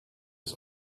his